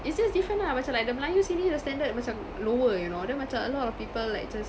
it's just different lah macam like melayu sini the standard macam lower you know then macam a lot of people like just